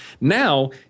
Now